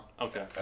Okay